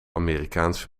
amerikaanse